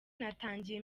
natangiye